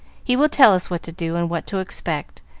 he will tell us what to do and what to expect.